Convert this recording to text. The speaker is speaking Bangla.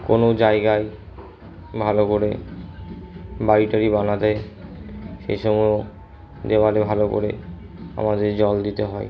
কোনো জায়গায় ভালো করে বাড়ি টাড়ি বানাতে সে সময়েও দেওয়ালে ভালো করে আমাদের জল দিতে হয়